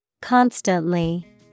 Constantly